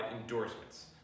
endorsements